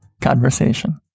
conversation